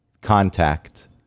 contact